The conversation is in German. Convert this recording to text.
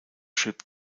schrieb